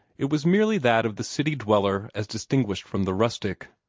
it was merely that of the city-dweller as distinguished from the rustic.